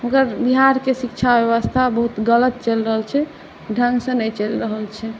मगर बिहारके शिक्षा व्यवस्था बहुत गलत चलि रहल छै ढङ्गसँ नहि चलि रहल छै